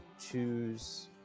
choose